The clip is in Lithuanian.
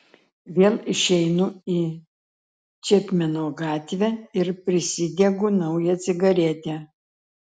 vėl išeinu į čepmeno gatvę ir prisidegu naują cigaretę